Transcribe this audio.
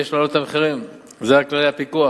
יש להעלות את המחירים, ואלה כללי הפיקוח.